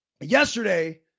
yesterday